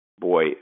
Boy